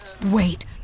wait